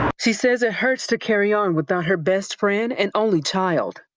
she says it hurts to carry on without her best friend, an only child.